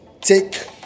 take